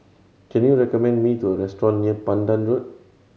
can you recommend me to a restaurant near Pandan Road